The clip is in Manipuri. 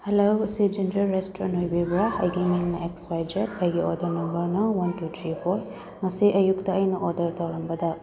ꯍꯜꯂꯣ ꯁꯤ ꯁꯦꯟꯇ꯭ꯔꯦꯜ ꯔꯦꯁꯇꯨꯔꯦꯟ ꯑꯣꯏꯕꯤꯕ꯭ꯔꯥ ꯑꯩꯒꯤ ꯃꯤꯡꯅ ꯑꯦꯛꯁ ꯋꯥꯏ ꯖꯦꯠ ꯑꯩꯒꯤ ꯑꯣꯔꯗꯔ ꯅꯝꯕꯔꯅ ꯋꯥꯟ ꯇꯨ ꯊ꯭ꯔꯤ ꯐꯣꯔ ꯉꯁꯤ ꯑꯌꯨꯛꯇ ꯑꯩꯅ ꯑꯣꯔꯗꯔ ꯇꯧꯔꯝꯕꯗ